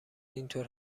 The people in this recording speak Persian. اینطور